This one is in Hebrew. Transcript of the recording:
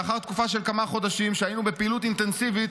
לאחר תקופה של כמה חודשים שהיינו בפעילות אינטנסיבית,